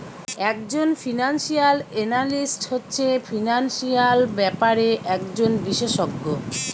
একজন financial analyst হচ্ছে financial ব্যাপারে একজন বিশেষজ্ঞ